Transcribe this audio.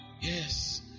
Yes